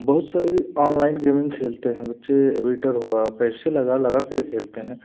बहुस सारी online gaming खेलते हैं बच्चे एवीटर हुआ पैसे लगा लगा के खेलते हैं